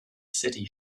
city